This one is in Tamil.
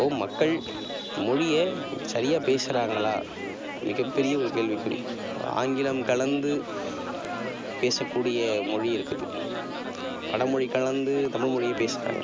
இப்போது மக்கள் மொழியை சரியாக பேசுகிறாங்களா மிகப்பெரிய ஒரு கேள்விக்குறி ஆங்கிலம் கலந்து பேசக்கூடிய மொழி இருக்குது பல மொழி கலந்து தமிழ் மொழியை பேசுகிறாங்க